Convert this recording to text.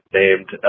named